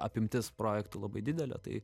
apimtis projektų labai didelė tai